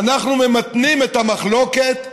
אנחנו ממתנים את המחלוקת.